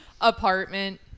apartment